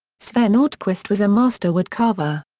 sven ortquist was a master wood carver.